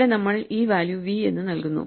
ഇവിടെ നമ്മൾ ഈ വാല്യൂ v എന്ന് നൽകുന്നു